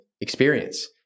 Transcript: experience